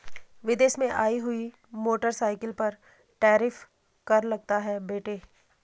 विदेश से आई हुई मोटरसाइकिल पर टैरिफ कर लगता है बेटे